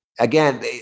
Again